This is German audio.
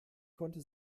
konnte